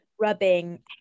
rubbing